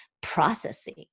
processing